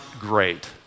great